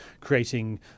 creating